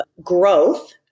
growth